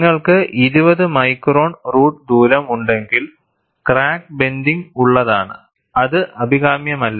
നിങ്ങൾക്ക് 20 micron root ദൂരം ഉണ്ടെങ്കിൽ ക്രാക്ക് ബ്ലെൻഡിങ് ഉള്ളതാണ് അത് അഭികാമ്യമല്ല